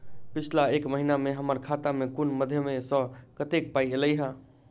पिछला एक महीना मे हम्मर खाता मे कुन मध्यमे सऽ कत्तेक पाई ऐलई ह?